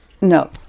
No